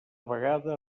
vegada